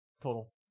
Total